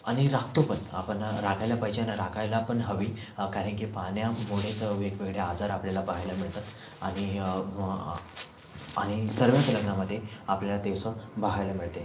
आणि राखतो पण आपण राखायला पाहिजे आणि राखायला पण हवी कारण की पाण्यामुळेच वेगवेगळे आजार आपल्याला पाहायला मिळतात आणि आणि सर्वच लग्नामध्ये आपल्याला ते स पाहायला मिळते